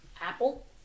Apple